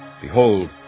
Behold